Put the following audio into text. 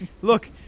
look